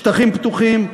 שטחים פתוחים,